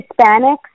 Hispanics